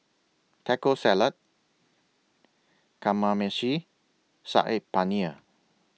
Taco Salad Kamameshi Saag Paneer